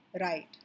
right